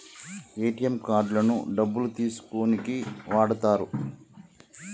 ATM కార్డులను డబ్బులు తీసుకోనీకి వాడతరు